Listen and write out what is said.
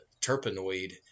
terpenoid